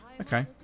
Okay